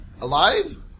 alive